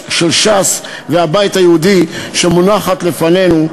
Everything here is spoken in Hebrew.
של ש"ס והבית היהודי שמונחת לפנינו,